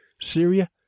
Syria